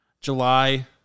July